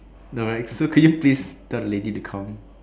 alright so can you please tell the lady to come